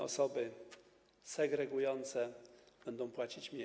Osoby segregujące będą płacić mniej.